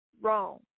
wrong